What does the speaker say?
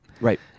right